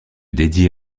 dédiés